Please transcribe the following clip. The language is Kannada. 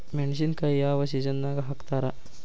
ಮೆಣಸಿನಕಾಯಿನ ಯಾವ ಸೇಸನ್ ನಾಗ್ ಹಾಕ್ತಾರ?